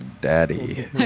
daddy